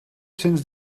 sinds